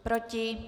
Proti?